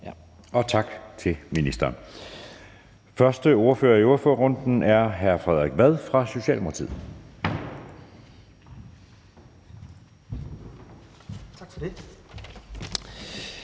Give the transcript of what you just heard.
Tak til ministeren. Den første ordfører i ordførerrækken hr. Frederik Vad fra Socialdemokratiet. Kl.